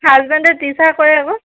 হাজবেণ্ডে টিচাৰ কৰে আকৌ